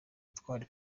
twari